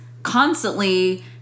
constantly